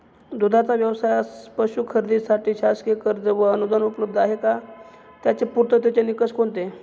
दूधाचा व्यवसायास पशू खरेदीसाठी शासकीय कर्ज व अनुदान उपलब्ध आहे का? त्याचे पूर्ततेचे निकष कोणते?